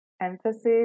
emphasis